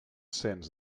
cens